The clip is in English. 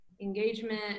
engagement